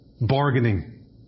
Bargaining